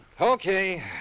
Okay